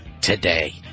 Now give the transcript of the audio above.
today